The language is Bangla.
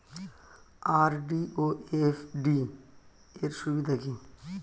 আর.ডি ও এফ.ডি র সুবিধা কি?